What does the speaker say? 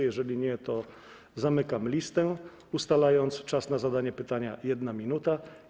Jeżeli nie, to zamykam listę, ustalając czas na zadanie pytania - 1 minuta.